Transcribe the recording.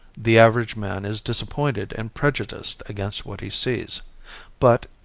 the average man is disappointed and prejudiced against what he sees but,